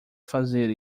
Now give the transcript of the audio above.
fazer